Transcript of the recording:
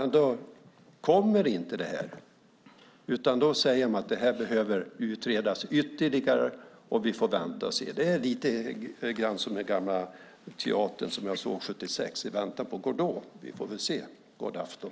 Ändå kommer det inte, utan man säger att det behöver utredas ytterligare och att vi får vänta och se. Det är lite grann som i den gamla teaterföreställningen som jag såg 1976, I väntan på Godot : Vi får väl se. God afton!